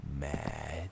mad